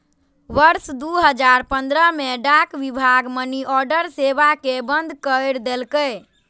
वर्ष दू हजार पंद्रह मे डाक विभाग मनीऑर्डर सेवा कें बंद कैर देलकै